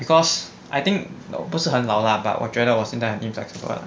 because I think no 不是很老啦 but 我觉得我现在很 inflexible ah